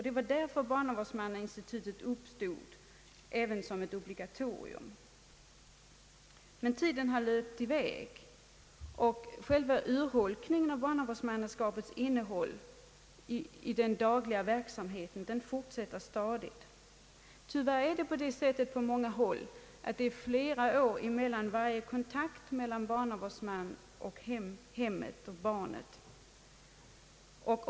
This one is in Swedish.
Det var därför barnavårdsmannainstitutionen tillkom även som ett obligatorium. Men tiden har löpt i väg och själva urholkningen av barnavårdsmannaskapets innehåll i den dagliga verksamheten fortsätter. Tyvärr är det på många håll så att det går flera år mellan varje kontakt mellan barnavårdsmannen och hemmet och barnet.